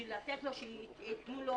בשביל ללחוץ שייתנו לו